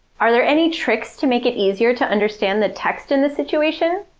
are there any tricks to make it easier to understand the text in this situation?